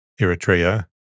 Eritrea